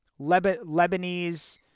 Lebanese